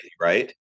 right